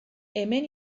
hemen